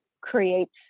creates